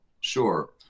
Sure